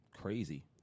crazy